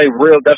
real